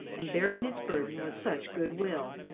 and bearing its burden with such good-will.